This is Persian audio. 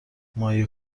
مایه